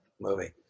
movie